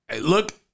Look